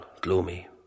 gloomy